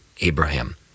Abraham